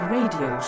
radio